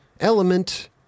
Element